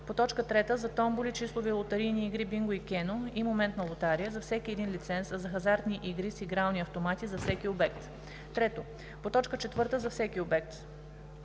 по т. 3 за томболи, числови лотарийни игри бинго и кено и моментна лотария – за всеки един лиценз, а за хазартни игри с игрални автомати – за всеки обект; 3. по т. 4 – за всеки обект;